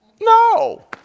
No